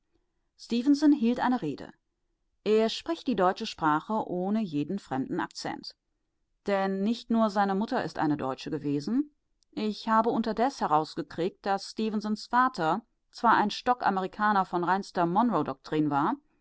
hielt eine rede er spricht die deutsche sprache ohne jeden fremden akzent denn nicht nur seine mutter ist eine deutsche gewesen ich habe unterdes herausgekriegt daß stefensons vater zwar ein stockamerikaner von reinster monroedoktrin war